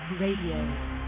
Radio